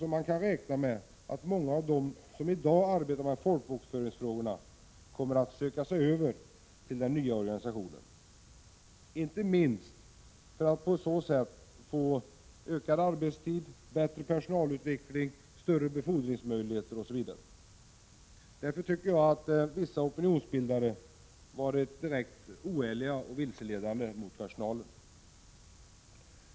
Man kan räkna med att många av dem som i dag arbetar med folkbokföringsfrågorna kommer att söka sig över till den nya organisationen, inte minst för att på så sätt få ökad arbetstid, bättre personalutveckling, större befordringsmöjligheter osv. Dessutom tycker jag att vissa opinionsbildare varit direkt oärliga och vilseledande mot personalen.